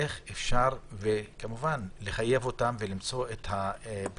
איך אפשר כמובן לחייב אותם ולמצוא את הפתרונות,